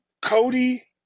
Cody